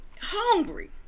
hungry